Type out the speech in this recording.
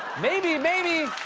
maybe maybe